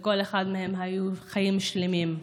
לכל אחד מהם היו חיים שלמים,